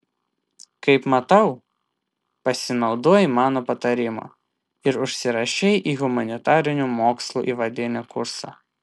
kaip matau pasinaudojai mano patarimu ir užsirašei į humanitarinių mokslų įvadinį kursą